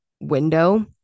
window